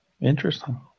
Interesting